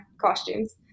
costumes